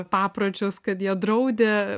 papročius kad jie draudė